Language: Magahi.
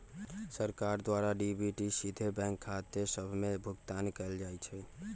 सरकार द्वारा डी.बी.टी सीधे बैंक खते सभ में भुगतान कयल जाइ छइ